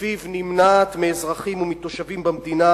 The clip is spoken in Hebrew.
שלפיו נמנעת מאזרחים ומתושבים במדינה